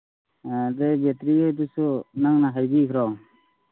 ꯑꯥ ꯑꯗꯨ ꯕꯦꯇ꯭ꯔꯤꯍꯣꯏꯗꯨꯁꯨ ꯅꯪꯅ ꯍꯥꯏꯕꯤꯈ꯭ꯔꯣ